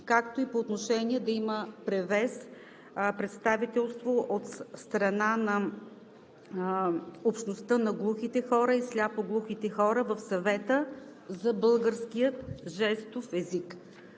както и по отношение да има превес представителство от страна на общността на глухите и сляпо-глухите хора в Съвета за българския жестов език.